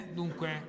dunque